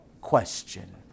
question